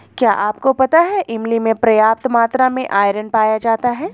क्या आपको पता है इमली में पर्याप्त मात्रा में आयरन पाया जाता है?